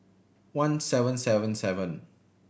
one seven seven seven